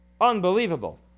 unbelievable